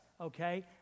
okay